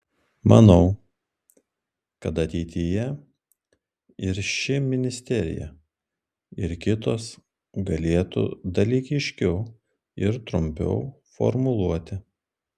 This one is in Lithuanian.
manau kad ateityje ir ši ministerija ir kitos galėtų dalykiškiau ir trumpiau formuluoti